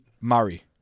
Murray